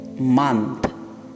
Month